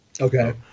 Okay